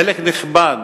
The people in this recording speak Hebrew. חלק נכבד